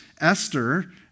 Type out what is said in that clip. Esther